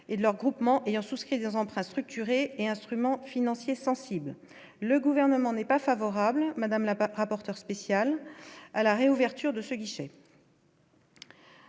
et de leurs groupements ayant souscrit des emprunts structurés et instruments financiers sensibles, le gouvernement n'est pas favorable, madame la pape rapporteur spécial à la réouverture de ce guichet.